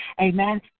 Amen